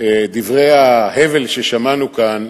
דברי ההבל ששמענו כאן,